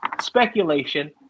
speculation